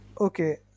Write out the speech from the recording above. Okay